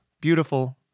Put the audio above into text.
beautiful